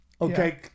Okay